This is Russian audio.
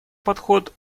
подход